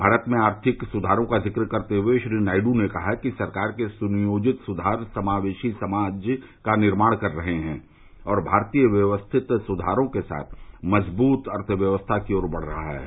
भारत में आर्थिक सुधारों का जिक्र करते हुए श्री नायडू ने कहा कि सरकार के सुनियोजित सुद्दार समावेशी समाज का निर्माण कर रहे हैं और भारत व्यवस्थित सुद्दारों के साथ मजबूत अर्थव्यवस्था की ओर बढ़ रहा है